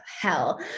hell